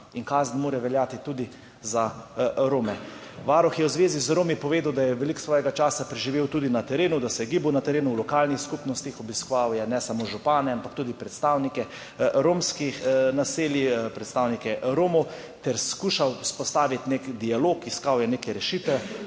In kazen mora veljati tudi za Rome. Varuh je v zvezi z Romi povedal, da je veliko svojega časa preživel tudi na terenu, da se je gibal na terenu, v lokalnih skupnostih, obiskoval je ne samo župane, ampak tudi predstavnike romskih naselij, predstavnike Romov ter skušal vzpostaviti nek dialog, iskal je neke rešitve,